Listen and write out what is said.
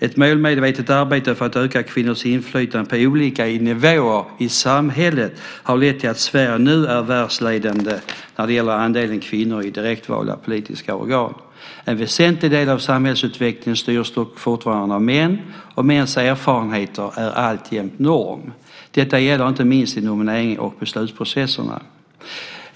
Ett målmedvetet arbete för att öka kvinnors inflytande på olika nivåer i samhället har lett till att Sverige nu är världsledande när det gäller andelen kvinnor i direktvalda politiska organ. En väsentlig del av samhällsutvecklingen styrs dock fortfarande av män, och mäns erfarenheter är alltjämt norm. Detta gäller inte minst i nominerings och beslutsprocesserna.